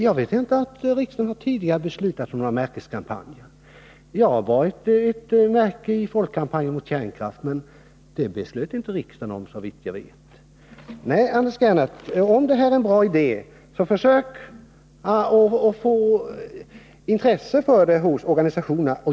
Jag vet inte att riksdagen tidigare har beslutat om någon märkeskampanj. Jag bar ett märke under folkkampanjen mot kärnkraft, men det beslöt inte riksdagen om, såvitt jag vet. Om det här är en bra idé, Anders Gernandt, så försök att få ett intresse för den hos organisationerna.